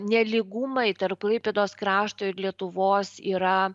nelygumai tarp klaipėdos krašto ir lietuvos yra